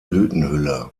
blütenhülle